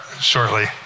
shortly